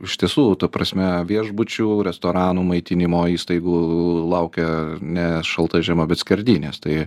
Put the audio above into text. iš tiesų ta prasme viešbučių restoranų maitinimo įstaigų laukia ne šalta žiema bet skerdynės tai